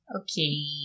Okay